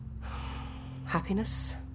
Happiness